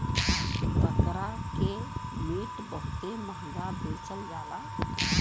बकरा के मीट बहुते महंगा बेचल जाला